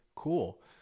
cool